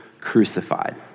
crucified